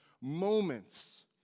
moments